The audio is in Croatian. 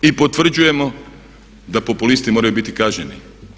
I potvrđujemo da populisti moraju biti kažnjeni.